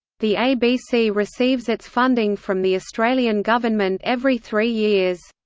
the abc receives its funding from the australian government every three years.